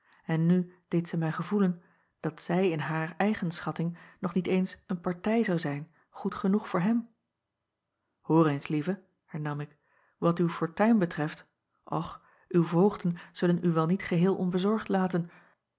en nu deed zij mij gevoelen dat zij in haar eigen schatting nog niet eens een partij zou zijn goed genoeg voor hem oor eens lieve hernam ik wat uw fortuin be acob van ennep laasje evenster delen treft och uw voogden zullen u wel niet geheel onbezorgd laten